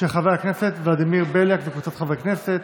של חבר הכנסת ולדימיר בליאק וקבוצת חברי הכנסת.